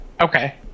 Okay